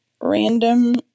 random